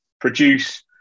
produce